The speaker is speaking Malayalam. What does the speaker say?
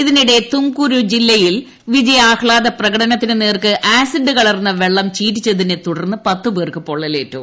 അതിനിടെ തുംകുരു ജില്ലയിൽ വിജയാഹ്ലാദപ്രകടനത്തിന് നേർക്ക് ആസിഡ് കലർന്ന വെള്ളം ചീറ്റിച്ചതിനെ തുടർന്ന് പത്ത് പേർക്ക് പൊള്ളലേറ്റു